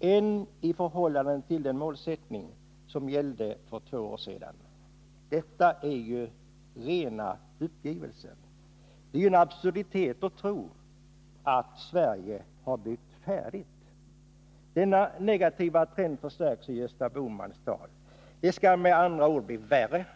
än i förhållande till den målsättning som gällde för två år sedan. Detta är ju rena uppgivelsen. Det är en absurditet att tro att Sverige har byggt färdigt. Denna negativa trend förstärks i Gösta Bohmans tal. Det skall med andra ord bli värre.